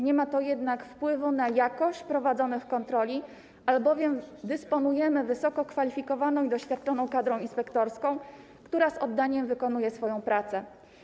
Nie ma to jednak wpływu na jakość prowadzonych kontroli, albowiem dysponujemy wysoko wykwalifikowaną i doświadczoną kadrą inspektorską, która z oddaniem wykonuje swoją pracę.